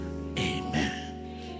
amen